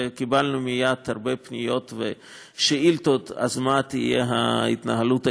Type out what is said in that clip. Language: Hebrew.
וקיבלנו מייד הרבה פניות ושאילתות: אז מה תהיה ההתנהלות הישראלית,